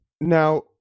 Now